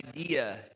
idea